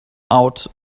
ought